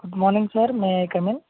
good morning madam may I come in